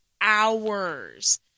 hours